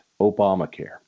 Obamacare